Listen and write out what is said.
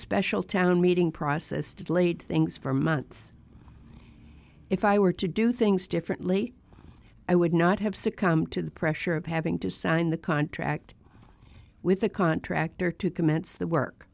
special town meeting process did late things for months if i were to do things differently i would not have succumb to the pressure of having to sign the contract with a contractor to commence the work